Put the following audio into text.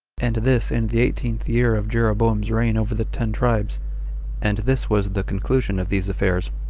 and this in the eighteenth year of jeroboam's reign over the ten tribes and this was the conclusion of these affairs.